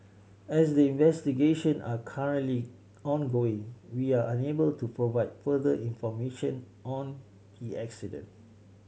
as investigations are currently ongoing we are unable to provide further information on the incident